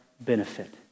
benefit